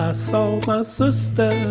i saw my sister